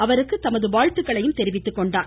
அவருக்கு தமது வாழ்த்துக்களையும் தெரிவித்துக்கொண்டார்